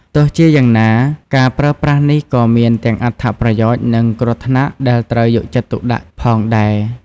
ទោះជាយ៉ាងណា ការប្រើប្រាស់នេះក៏មានទាំងអត្ថប្រយោជន៍ និងគ្រោះថ្នាក់ដែលត្រូវយកចិត្តទុកដាក់ផងដែរ។